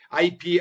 IP